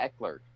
Eckler